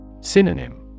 Synonym